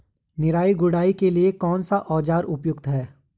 निराई गुड़ाई के लिए कौन सा औज़ार उपयुक्त है?